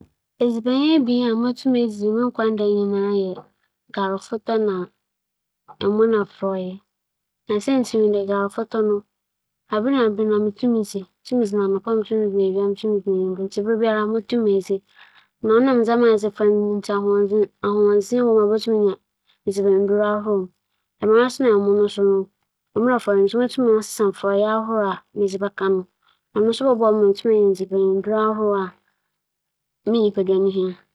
Nkyɛ edziban horow ebien pɛr na mobotum m'edzi mo nkwa nda nyinara a, nkyɛ ͻbɛyɛ emo na etsew. Siantsir nye dɛ, emo yɛ edziban bi a sɛ midzi no mfe ahɛn mpo a ͻrofon me na dɛmara so na etsew so tse. Etsew dze sɛ midzi a, ͻkyɛr me yamu ntsi mobotum edzi emo no anapa nna etsew so ewimbir dabiara.